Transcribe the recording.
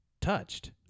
touched